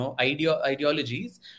ideologies